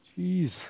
Jeez